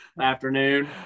afternoon